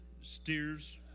steers